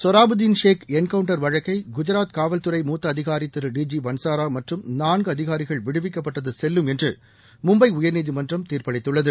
Sohrabuddin Sheikh encounter வழக்கை குஜராத் காவல்துறை மூத்த அதிகாரி திரு டி ஜி வள்சாரா மற்றும் நான்கு அதிகாரிகள் விடுவிக்கப்பட்டது செல்லும் என்று மும்பை உயர்நீதிமன்றம் தீர்ப்பளித்துள்ளது